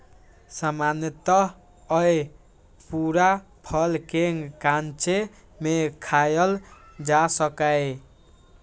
सामान्यतः अय पूरा फल कें कांचे मे खायल जा सकैए